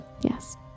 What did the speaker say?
yes